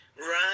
Right